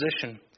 position